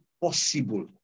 possible